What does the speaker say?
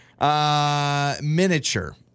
Miniature